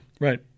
right